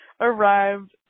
arrived